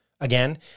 Again